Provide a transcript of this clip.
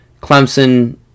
Clemson